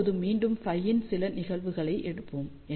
இப்போது மீண்டும் Φ இன் சில நிகழ்வுகளை எடுப்போம்